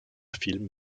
film